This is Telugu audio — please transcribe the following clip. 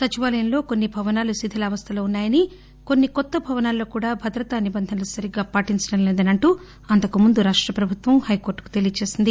సచివాలయంలో కొన్సి భవనాలు శిథిలావస్టలో ఉన్నాయని కొన్ని కొత్త భవనాల్లో కూడా భద్రతా నిబంధనలు సరిగ్గాపాటించడం లేదని అంటూ అంతకు ముందు రాష్ట ప్రభుత్వం హైకోర్టుకు తెలియచేసింది